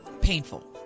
painful